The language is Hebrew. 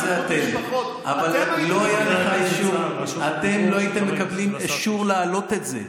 אתם הייתם מפילים את זה,